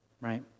Right